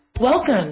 Welcome